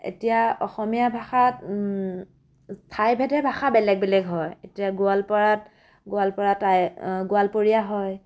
এতিয়া অসমীয়া ভাষাত ঠাইভেদে ভাষা বেলেগ বেলেগ হয় এতিয়া গোৱালপাৰাত গোৱালপাৰা টাই গোৱালপৰীয়া হয়